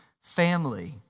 family